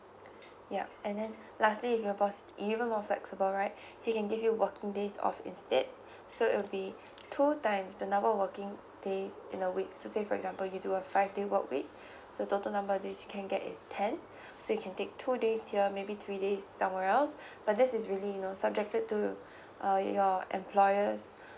yup and then lastly if your boss even more flexible right they can give you working days off instead so it will be two times the number of working days in a week so say for example you do have five day work week so total number of this you can get is ten so you can take two days here maybe three days somewhere else but this is really you know subjected to uh your employer's